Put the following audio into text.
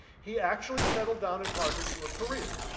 he actually settled down at harvard to a career.